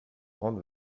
grande